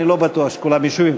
אני לא בטוח שכולם ישובים.